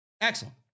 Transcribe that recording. Excellent